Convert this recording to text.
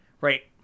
right